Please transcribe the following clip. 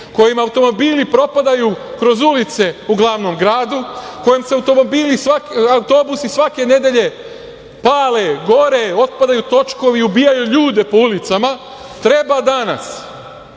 kojima automobili propadaju kroz ulice u glavnom gradu, kojima se autobusi svake nedelje pale, gore, otpadaju točkovi i ubijaju ljude po ulicama, treba danas